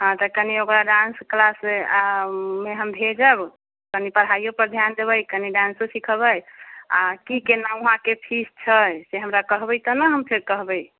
हँ तऽ कनि ओकरा डान्स क्लासमे हम भेजब कनि पढ़ाइयो पर ध्यान देबै कनि डांसो सीखेबै आ की केना वहाँके फीस छै से हमरा कहबै तऽ ने हम फेर कहबै